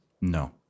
No